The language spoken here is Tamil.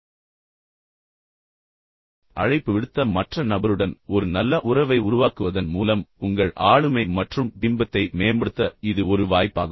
ஆனால் மறுபுறம் நினைவில் கொள்ளுங்கள் அழைப்பு விடுத்த மற்ற நபருடன் ஒரு நல்ல உறவை உருவாக்குவதன் மூலம் உங்கள் ஆளுமை மற்றும் பிம்பத்தை மேம்படுத்த இது ஒரு வாய்ப்பாகும்